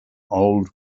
old